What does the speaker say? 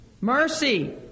Mercy